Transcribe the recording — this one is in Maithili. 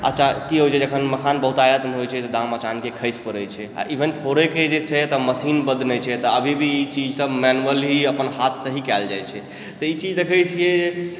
अच्छा की होइत छै जखन मखान बहुतायतमे होइत छै तऽ दाम अचानके खसि पड़ैत छै आओर इवेन फोड़ैके जे छै तऽ मशीनबद्ध नहि छै तऽ अभी भी ई सब मैनुअली अपन हाथसँ ही कयल जाइत छै तऽ ई चीज देखे छियैक जे